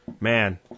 Man